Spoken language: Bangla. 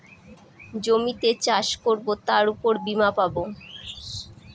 জমিতে চাষ করবো তার উপর বীমা পাবো